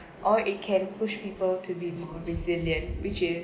or it can push people to be more resilient which is